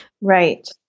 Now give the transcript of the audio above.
Right